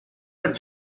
had